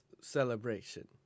celebration